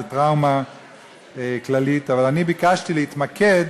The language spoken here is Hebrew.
זו טראומה כללית, אבל אני ביקשתי להתמקד